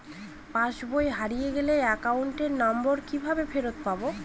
পাসবই হারিয়ে গেলে account number কিভাবে ফেরত পাব?